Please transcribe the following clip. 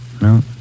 No